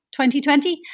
2020